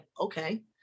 okay